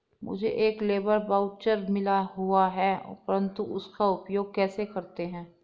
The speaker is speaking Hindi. मुझे एक लेबर वाउचर मिला हुआ है परंतु उसका उपयोग कैसे करते हैं?